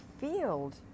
field